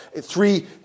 three